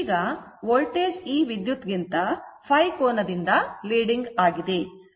ಈಗ ವೋಲ್ಟೇಜ್ ಈ ವಿದ್ಯುತ್ ಗಿಂತ ϕ ಕೋನದಿಂದ leading ಆಗಿದೆ